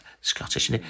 Scottish